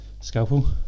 scalpel